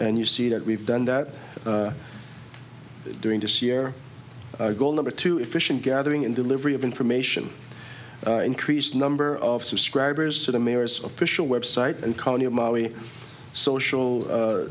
and you see that we've done that during this year goal number two efficient gathering and delivery of information increased number of subscribers to the mayor's official website and county of social